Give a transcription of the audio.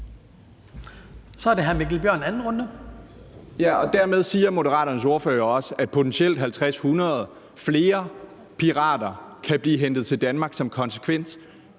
Kl. 10:12 Mikkel Bjørn (DF): Dermed siger Moderaternes ordfører også, at potentielt 50-100 flere pirater kan blive hentet til Danmark som konsekvens